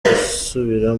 gusubira